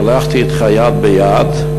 הלכתי אתך יד ביד,